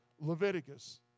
Leviticus